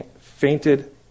fainted